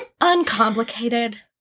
uncomplicated